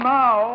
now